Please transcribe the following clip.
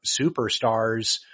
superstars